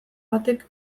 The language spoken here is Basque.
batek